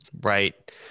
Right